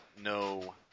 no